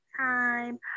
time